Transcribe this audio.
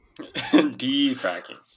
Defracking